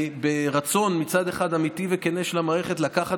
ברצון מצד אחד אמיתי וכן של המערכת לקחת